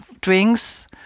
drinks